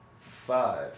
five